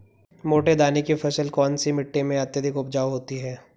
मोटे दाने की फसल कौन सी मिट्टी में अत्यधिक उपजाऊ होती है?